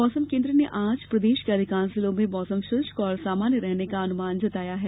मौसम केन्द्र ने आज प्रदेश के अधिकांश जिलों में मौसम शुष्क और सामान्य रहने का अनुमान बताया है